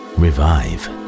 revive